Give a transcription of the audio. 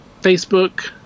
Facebook